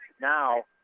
Now